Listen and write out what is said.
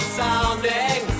sounding